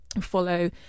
follow